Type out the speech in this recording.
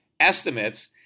estimates